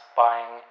buying